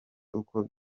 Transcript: uko